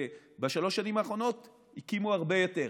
ובשלוש שנים האחרונות הקימו הרבה יותר,